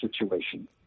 situation